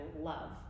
love